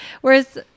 whereas